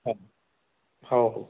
ह हो हो